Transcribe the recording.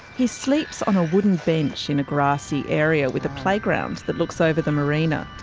he sleeps on a wooden bench in a grassy area with a playground that looks over the marina.